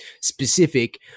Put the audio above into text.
specific